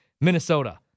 Minnesota